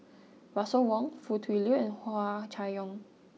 Russel Wong Foo Tui Liew and Hua Chai Yong